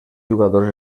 jugadors